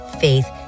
faith